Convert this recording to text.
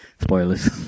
spoilers